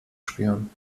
spüren